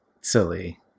silly